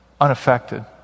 unaffected